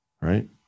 right